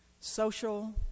social